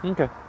Okay